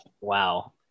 Wow